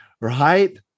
right